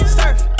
surf